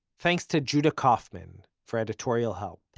thanks to judah kauffman for editorial help.